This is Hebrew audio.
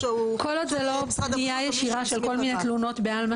כל עוד זה לא פנייה ישירה של כל מיני תלונות בעלמא